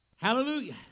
Hallelujah